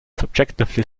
subjectively